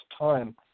time